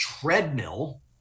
treadmill